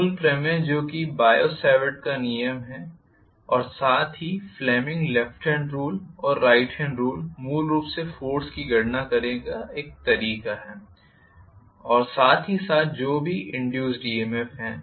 मूल प्रमेय जो कि बायोट सावर्त'स का नियम है और साथ ही फ्लेमिंग लेफ्ट हॅंड रूल और राइट हॅंड रूल मूल रूप से फोर्स की गणना करने का एक तरीका है और साथ ही साथ जो भी इंड्यूस्ड ईएमएफ है